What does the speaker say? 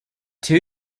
two